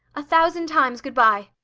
a thousand times, good-bye!